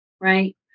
right